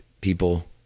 people